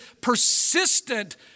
persistent